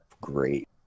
great